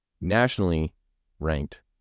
nationally-ranked